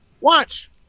Watch